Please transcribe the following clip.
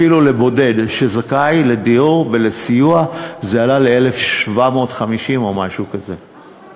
אפילו לבודד שזכאי לדיור ולסיוע זה עלה ל-1,750 או משהו כזה.